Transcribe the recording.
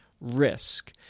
risk